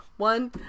One